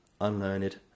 unlearned